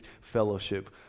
fellowship